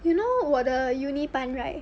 you know 我的 uni 班 right